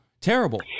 terrible